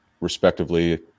respectively